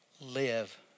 Live